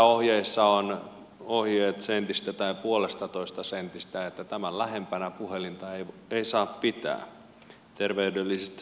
usein on ohjeet sentistä tai puolestatoista sentistä että tämän lähempänä puhelinta ei saa pitää terveydellisistä syistä